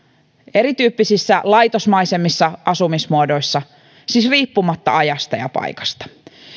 erityyppisissä laitosmaisemmissa asumismuodoissa siis riippumatta ajasta ja paikasta